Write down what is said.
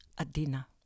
Adina